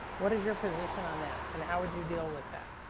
what is your position on that and how would you deal with that?